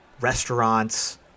restaurants